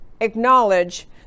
acknowledge